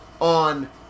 on